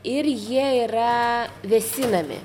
ir jie yra vėsinami